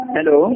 Hello